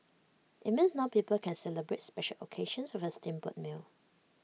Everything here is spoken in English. IT means now people can celebrate special occasions with A steamboat meal